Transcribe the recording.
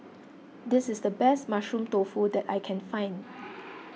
this is the best Mushroom Tofu that I can find